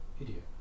idiot